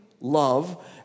love